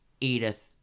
Edith